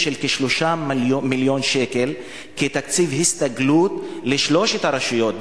של כ-3 מיליון שקל כתקציב הסתגלות לשלוש הרשויות,